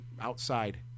outside